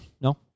No